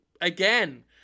again